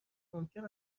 ممکن